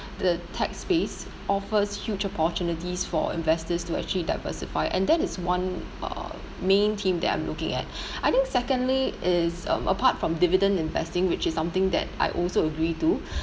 the tech space offers huge opportunities for investors to actually diversify and that is one uh main theme that I'm looking at I think secondly is um apart from dividend investing which is something that I also agree to